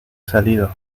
salido